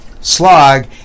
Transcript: slog